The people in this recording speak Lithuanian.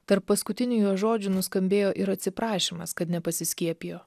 tarp paskutinių jo žodžių nuskambėjo ir atsiprašymas kad nepasiskiepijo